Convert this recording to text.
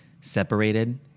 separated